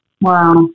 Wow